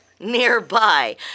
nearby